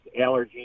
allergies